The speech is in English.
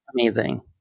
amazing